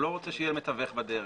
הוא לא רוצה שיהיה מתווך בדרך.